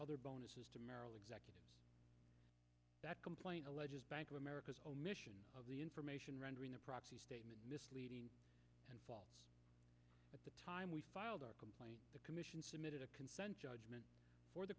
other bonuses to merrill executives that complaint alleges bank of america's omission of the information rendering the proxy statement misleading and false at the time we filed our complaint the commission submitted a consent judgment for the